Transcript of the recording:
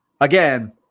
again